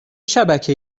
شبکه